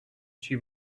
she